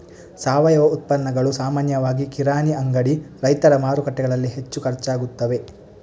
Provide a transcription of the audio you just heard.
ಸಾವಯವ ಉತ್ಪನ್ನಗಳು ಸಾಮಾನ್ಯವಾಗಿ ಕಿರಾಣಿ ಅಂಗಡಿ, ರೈತರ ಮಾರುಕಟ್ಟೆಗಳಲ್ಲಿ ಹೆಚ್ಚು ಖರ್ಚಾಗುತ್ತವೆ